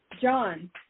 John